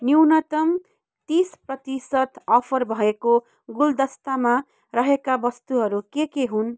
न्यूनतम तिस प्रतिशत अफर भएको गुलदस्तामा रहेका वस्तुहरू के के हुन्